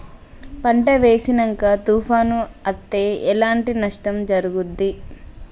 పంట వేసినంక తుఫాను అత్తే ఎట్లాంటి నష్టం జరుగుద్ది?